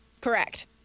Correct